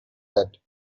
that